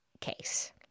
case